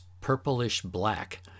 purplish-black